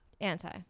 anti